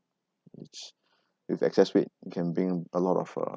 which if excess weight you can bring a lot of uh